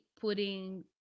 putting